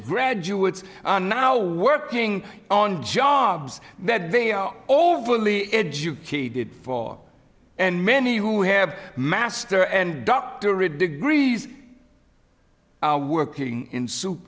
graduates are now working on jobs that they are all fully educated for and many who have master and doctorate degrees working in soup